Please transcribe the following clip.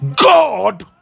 god